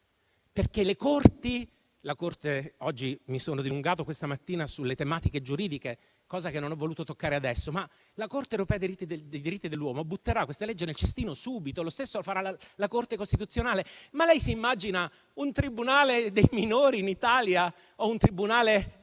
dai giudici. Mi sono dilungato questa mattina sulle tematiche giuridiche, cosa che non ho voluto toccare adesso. La Corte europea dei diritti dell'uomo butterà subito questa legge nel cestino e lo stesso farà la Corte costituzionale. Lei si immagina un tribunale dei minori in Italia o un tribunale